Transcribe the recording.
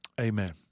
Amen